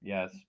Yes